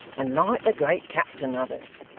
and light the great captain, others!